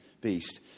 beast